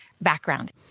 background